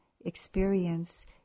experience